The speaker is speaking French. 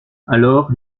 alors